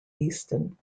easton